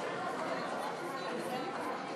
עוברת,